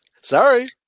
Sorry